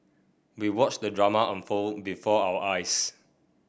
we watched the drama unfold before our eyes